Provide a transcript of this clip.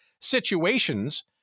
situations